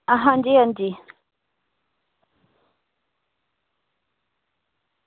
आं जी आं जी